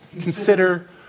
Consider